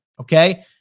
okay